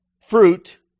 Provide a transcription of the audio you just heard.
fruit